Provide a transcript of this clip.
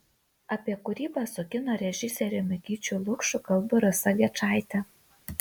apie kūrybą su kino režisieriumi gyčiu lukšu kalba rasa gečaitė